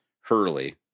Hurley